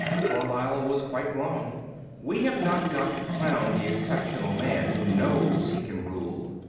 carlyle was quite wrong we have not got to crown the exceptional man who knows he can rule.